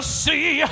see